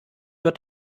wird